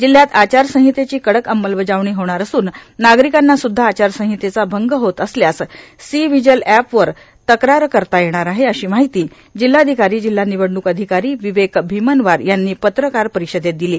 जिल्ह्यात आचारसंहतेची कडक अंमलबजावणी होणार असून नार्गारकांना सुद्धा आचारसीहतेचा भंग होत असल्यास सी व्हिजिल अँपवर तक्रार करता येणार आहे अशी मार्ाहती जिल्हाधिकारो जिल्हा र्वनवडणूक अधिकारो र्ववेक भीमनवार यांनी पत्रकार र्पारषदेत दिलो